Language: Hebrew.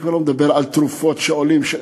אני כבר לא מדבר על תרופות שעולות כסף,